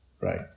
right